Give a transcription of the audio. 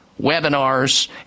webinars